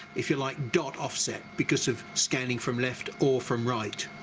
if you like, dot offset because of scanning from left or from right.